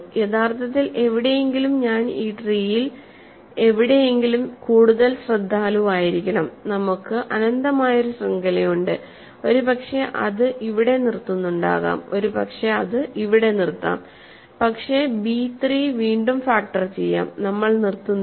യഥാർത്ഥത്തിൽ എവിടെയെങ്കിലും ഞാൻ ഈ ട്രീയിൽ എവിടെയെങ്കിലും കൂടുതൽ ശ്രദ്ധാലുവായിരിക്കണം നമുക്ക് അനന്തമായ ഒരു ശൃംഖലയുണ്ട് ഒരുപക്ഷേ അത് ഇവിടെ നിർത്തുന്നുണ്ടാകാം ഒരു പക്ഷേ അത് ഇവിടെ നിർത്താം പക്ഷെ ബി 3 വീണ്ടും ഫാക്ടർ ചെയ്യാം നമ്മൾ നിർത്തുന്നില്ല